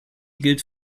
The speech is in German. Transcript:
gilt